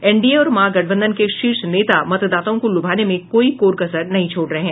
NDA और महागठबंधन के शीर्ष नेता मतदाताओं को लुभाने में कोई कोर कसर नहीं छोड़ रहे हैं